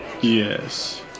Yes